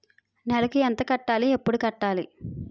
నెలకు ఎంత కట్టాలి? ఎప్పుడు కట్టాలి?